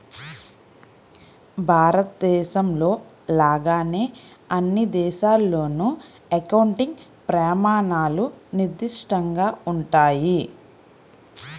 భారతదేశంలో లాగానే అన్ని దేశాల్లోనూ అకౌంటింగ్ ప్రమాణాలు నిర్దిష్టంగా ఉంటాయి